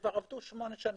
עבדו שמונה שנים.